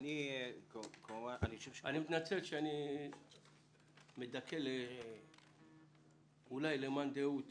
אני מתנצל שאני מדכא אולי למאן דהוא את